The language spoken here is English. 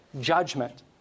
judgment